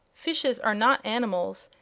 fishes are not animals,